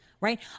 right